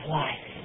life